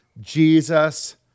Jesus